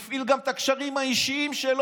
והוא הפעיל גם את הקשרים האישיים שלו